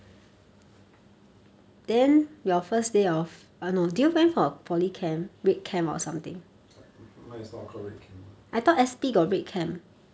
no is not called red camp lah